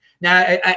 now